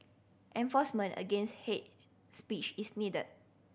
enforcement against hate speech is needed